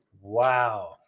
Wow